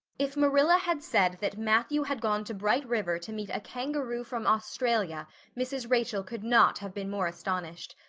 if marilla had said that matthew had gone to bright river to meet a kangaroo from australia mrs. rachel could not have been more astonished.